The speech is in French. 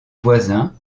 voisin